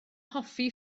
hoffi